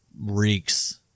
reeks